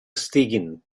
estiguin